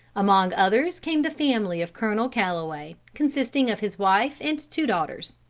among others came the family of colonel calloway, consisting of his wife and two daughters.